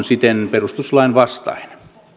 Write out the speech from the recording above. siten perustuslain vastainen